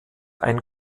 ein